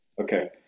Okay